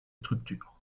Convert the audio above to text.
structures